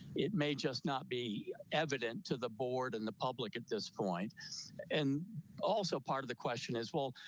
it may just not be evident to the board and the public at this point and also part of the question is well,